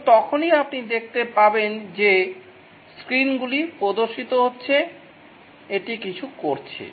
কেবল তখনই আপনি দেখতে পাবেন যে স্ক্রিনগুলি প্রদর্শিত হচ্ছে এটি কিছু করছে